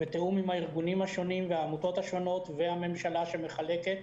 בתיאום עם הארגונים השונים והעמותות השונות והממשלה שמחלקת,